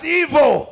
evil